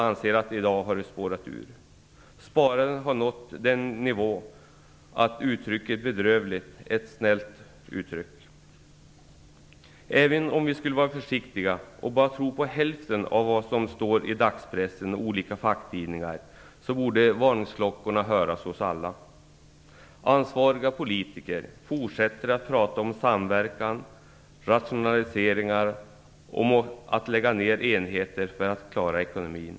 Men i dag har den spårat ur. Sparandet har nått den nivå att uttrycket bedrövligt är ett snällt uttryck i sammanhanget. Även om vi skulle tro på bara hälften av vad som står i dagspressen och i olika facktidningar, borde varningsklockorna höras hos alla. Ansvariga politiker fortsätter att tala om samverkan, rationaliseringar och nedläggningar av enheter för att klara ekonomin.